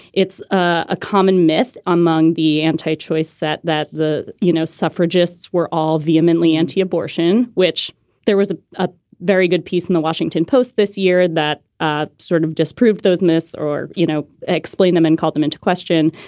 it's a common myth among the anti-choice set that the, you know, suffragists were all vehemently anti-abortion, which there was ah a very good piece in the washington post this year that ah sort of disproved those myths or, you know, explain them and called them into question.